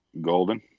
golden